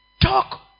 talk